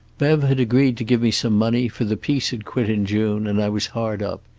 bev had agreed to give me some money, for the piece had quit in june and i was hard up.